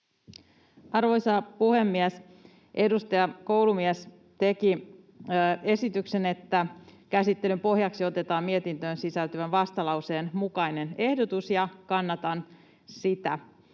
Arvoisa puhemies! Edustaja Koulumies teki esityksen, että käsittelyn pohjaksi otetaan mietintöön sisältyvän vastalauseen mukainen ehdotus, ja kannatan sitä.